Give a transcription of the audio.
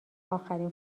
آخرین